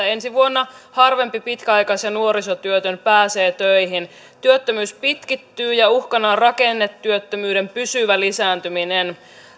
ensi vuonna harvempi pitkäaikais ja nuorisotyötön pääsee töihin työttömyys pitkittyy ja uhkana on rakennetyöttömyyden pysyvä lisääntyminen